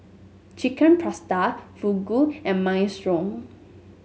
Chicken Pasta Fugu and Minestrone